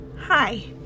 Hi